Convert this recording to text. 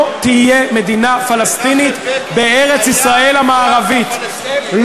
לא תהיה מדינה פלסטינית בארץ-ישראל המערבית.